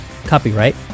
Copyright